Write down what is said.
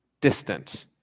distant